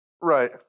Right